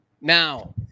Now